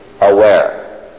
aware